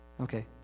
Okay